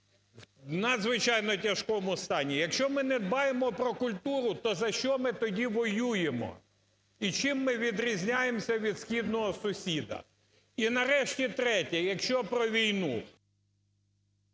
в надзвичайно тяжкому стані. Якщо ми не дбаємо про культуру, то за що ми тоді воюємо і чим ми відрізняємося від східного сусіда? І нарешті третє, якщо про війну.